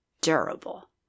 durable